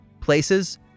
places